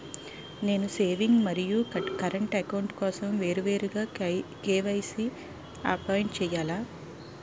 నేను సేవింగ్స్ మరియు current account కోసం వేరువేరుగా కే.వై.సీ అప్డేట్ చేయాలా?